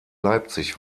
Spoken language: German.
leipzig